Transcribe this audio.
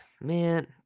man